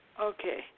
Okay